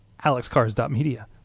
alexcars.media